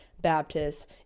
Baptists